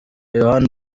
yohani